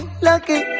lucky